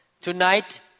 Tonight